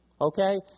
Okay